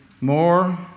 More